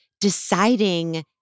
deciding